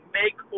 make